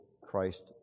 Christ